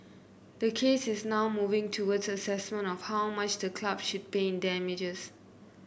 the case is now moving towards assessment of how much the club should pay in damages